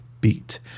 beat